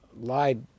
lied